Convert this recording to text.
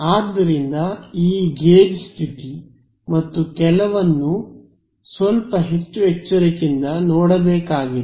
ಆದ್ದರಿಂದ ಈ ಗೇಜ್ ಸ್ಥಿತಿ ಮತ್ತು ಕೆಲ್ಲವನ್ನೂ ಸ್ವಲ್ಪ ಹೆಚ್ಚು ಎಚ್ಚರಿಕೆಯಿಂದ ನೋಡಬೇಕಾಗಿದೆ